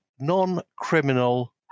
non-criminal